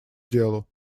делу